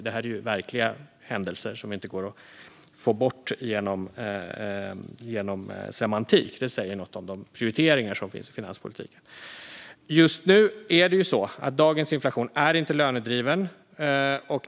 Men det är ju verkliga händelser som inte går att få bort genom semantik. Det säger något om de prioriteringar som finns i finanspolitiken. Just nu är det så att dagens inflation inte är lönedriven.